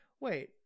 Wait